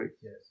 Yes